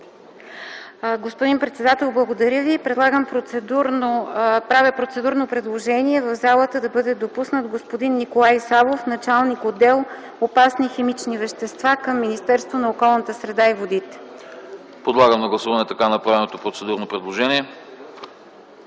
Господин председател, благодаря Ви. Правя процедурно предложение в залата да бъде допуснат господин Николай Савов – началник отдел „Опасни химични вещества” към Министерството на околната среда и водите. ПРЕДСЕДАТЕЛ АНАСТАС АНАСТАСОВ: Подлагам на гласуване така направеното процедурно предложение.